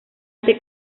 este